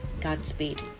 Godspeed